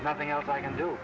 nothing else i can do